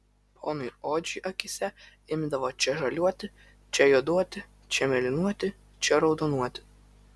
ponui odžiui akyse imdavo čia žaliuoti čia juoduoti čia mėlynuoti čia raudonuoti